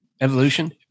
evolution